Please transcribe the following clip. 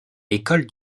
école